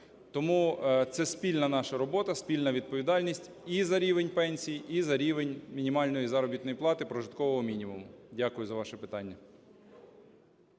Тому це спільна наша робота, спільна відповідальність і за рівень пенсій, і за рівень мінімальної заробітної плати, прожиткового мінімуму. Дякую за ваше питання.